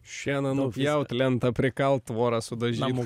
šieną nupjaut lentą prikalti tvorą sudažyt